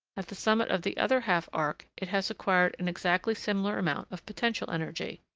at the summit of the other half-arc, it has acquired an exactly similar amount of potential energy.